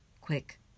Quick